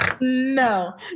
No